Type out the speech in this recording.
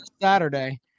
Saturday